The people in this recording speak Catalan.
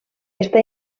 està